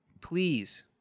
please